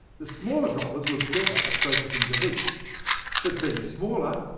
the smaller droplets were better at focusing the heat but being smaller,